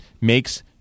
makes